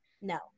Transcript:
no